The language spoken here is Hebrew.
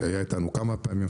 שהיה אתנו כמה פעמים,